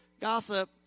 Gossip